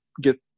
get